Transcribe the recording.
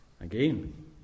Again